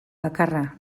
bakarra